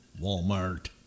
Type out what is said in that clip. Walmart